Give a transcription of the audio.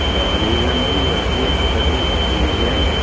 ꯑꯣ ꯑꯗꯨꯗꯤ ꯂꯝꯕꯤ ꯑꯣꯏꯔꯗꯤ ꯑꯗꯨꯗꯁꯨ ꯌꯦꯡꯕ ꯌꯥꯏꯅꯦ